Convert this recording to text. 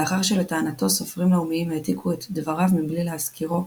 לאחר שלטענתו סופרים לאומיים העתיקו את דבריו מבלי להזכירו,